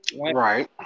Right